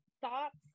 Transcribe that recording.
thoughts